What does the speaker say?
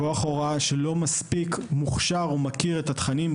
כוח הוראה שלא מספיק מוכשר או מכיר את התכנים,